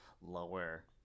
lower